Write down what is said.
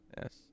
Yes